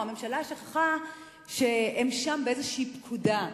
או הממשלה שכחה שהם שם באיזו פקודה,